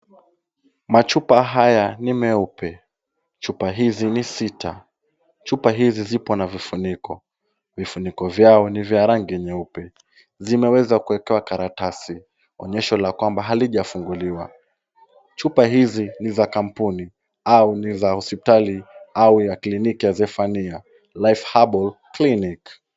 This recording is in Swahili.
Machupa haya ni meupe. Chupa hizi ni sita. Chupa hizi zipo na vifuniko. Vifuniko vyao ni vya rangi nyeupe. Zimeweza kuwekewa karatasi, onyesho la kwamba halijafunguliwa. Chupa hizi ni za kampuni au ni za hospitali au ya kliniki ya Zephania Life Herbal Clinic.